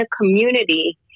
community